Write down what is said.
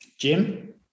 Jim